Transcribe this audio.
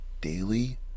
daily